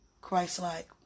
Christ-like